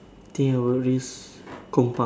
I think I will risk Kong Pang